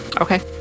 Okay